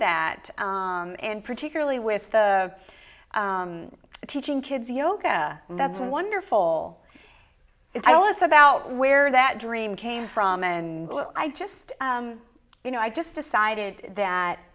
that and particularly with the teaching kids yoga that's wonderful i was about where that dream came from and i just you know i just decided that